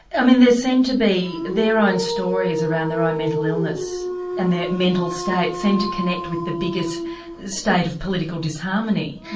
i mean there seem to be. their own stories around their ah mental illness and their mental state seemed to connect with the biggest state of political disharmony.